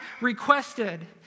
requested